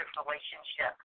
relationship